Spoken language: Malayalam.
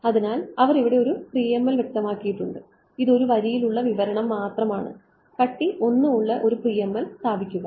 അതിനാൽ അവർ ഇവിടെ PML വ്യക്തമാക്കിയിട്ടുണ്ട് ഇത് ഒരു വരിയിൽ ഉള്ള വിവരണം മാത്രമാണ് കട്ടി 1 ഉള്ള ഒരു PML സ്ഥാപിക്കുക